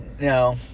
no